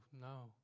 no